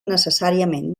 necessàriament